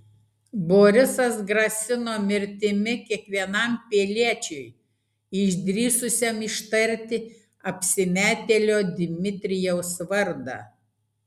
borisas grasino mirtimi kiekvienam piliečiui išdrįsusiam ištarti apsimetėlio dmitrijaus vardą